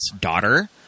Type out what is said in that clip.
daughter